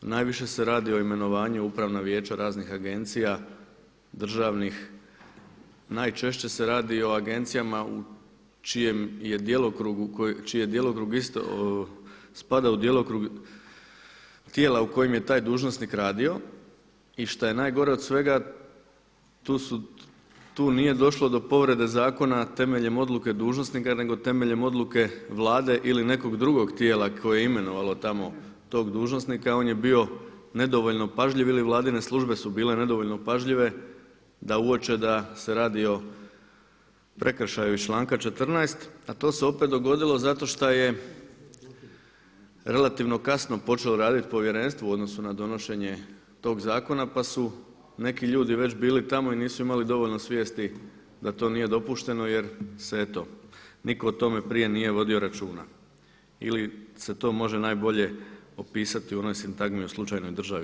Najviše se radi o imenovanju upravna vijeća, raznih agencija državnih, najčešće se radi o agencijama u čiji djelokrug isto spada u djelokrug tijela u kojem je taj dužnosnik radio i što je najgore od svega tu nije došlo do povrede zakona temeljem odluke dužnosnika, nego temeljem odluke Vlade ili nekog drugog tijela koje je imenovalo tamo tog dužnosnika, on je bio nedovoljno pažljiv ili vladine službe su bile nedovoljno pažljive da uoče da se radi o prekršaju iz članka 14., a to se opet dogodilo zato što je relativno kasno počeo raditi u povjerenstvu u odnosu na donošenje tog zakona pa su neki ljudi već bili tamo i nisu imali dovoljno svijesti da to nije dopušteno jer se eto niko o tome prije nije vodio računa ili se to može najbolje opisati u onoj sintagmi o slučajnoj državi.